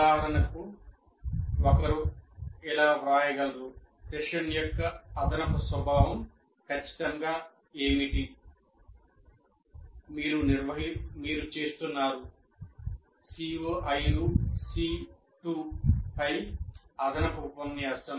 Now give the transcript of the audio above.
ఉదాహరణకు ఒకరు ఇలా వ్రాయగలరు సెషన్ యొక్క అదనపు స్వభావం ఖచ్చితంగా ఏమిటి మీరు చేస్తున్నారు CO5 C2 పై అదనపు ఉపన్యాసం